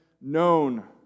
known